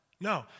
No